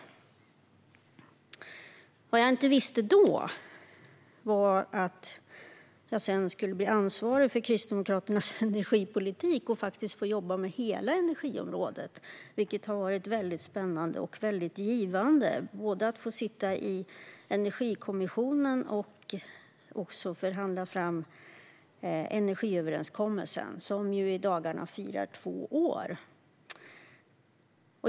Vad jag inte visste då var att jag sedan skulle bli ansvarig för Kristdemokraternas energipolitik och faktiskt jobba med hela energiområdet. Det har varit väldigt spännande och givande både att få sitta i Energikommissionen och att förhandla fram energiöverenskommelsen, som i dagarna firar två år.